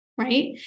Right